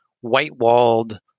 white-walled